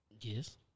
Yes